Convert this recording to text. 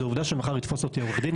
זו העובדה שמחר יתפוס אותי עורך דין,